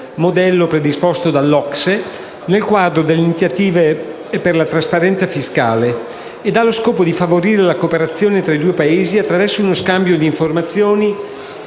modello predisposto dall'OCSE, nel quadro delle iniziative per la trasparenza fiscale e ha lo scopo di favorire la cooperazione fra i due Paesi attraverso uno scambio di informazioni